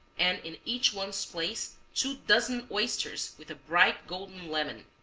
and in each one's place two dozen oysters with a bright golden lemon.